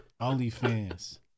OnlyFans